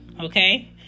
Okay